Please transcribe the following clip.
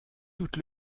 doute